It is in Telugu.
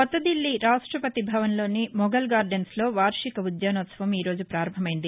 కొత్త దిల్లీ రాష్టపతి భవన్లోని మొఘల్ గార్డెన్స్లో వార్షిక ఉద్యానోత్సవం ఈ రోజు ప్రారంభమయ్యింది